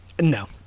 No